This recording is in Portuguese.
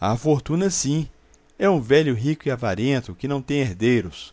a fortuna sim é um velho rico e avarento que não tem herdeiros